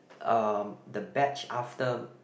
uh the batch after